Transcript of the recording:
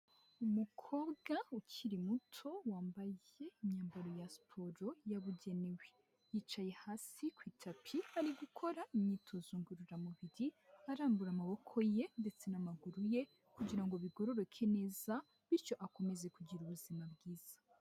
Umukobwa ukiri muto wambaye imyambaro ya siporo yabugenewe. Yicaye hasi ku itapi ari gukora imyitozo ngororamubiri, arambura amaboko ye ndetse n'amaguru ye kugira ngo bigororoke neza bityo akomeze kugira ubuzima bwiza.